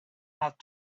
out